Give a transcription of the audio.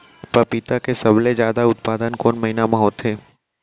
पपीता के सबले जादा उत्पादन कोन महीना में होथे?